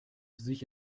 sich